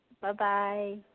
Bye-bye